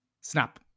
snap